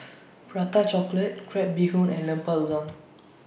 Prata Chocolate Crab Bee Hoon and Lemper Udang